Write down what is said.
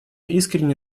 искренне